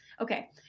Okay